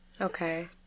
Okay